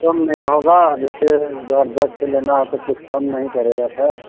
कम नहीं होगा जैसे दो चार दस ठो लेना है तो कुछ कम नहीं पड़ेगा सर